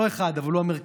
לא אחד, אבל הוא המרכזי: